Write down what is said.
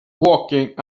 walking